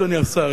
אדוני השר,